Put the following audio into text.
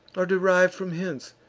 or deriv'd from hence.